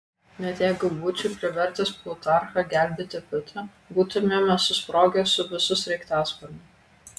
net jeigu būčiau privertęs plutarchą gelbėti pitą būtumėme susprogę su visu sraigtasparniu